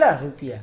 કેટલા રૂપિયા